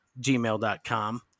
gmail.com